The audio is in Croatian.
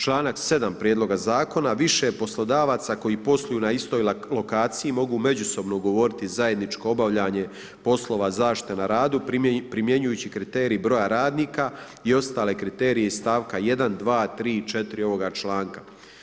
Članak 7. Prijedloga zakona – više je poslodavaca koji posluju na istoj lokaciji mogu međusobno ugovoriti zajedničko obavljanje poslova zaštite na radu primjenjujući kriterij broja radnika i ostale kriterije iz stavka 1.,2.,3., 4. ovoga članka.